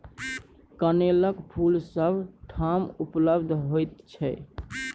कनेलक फूल सभ ठाम उपलब्ध होइत छै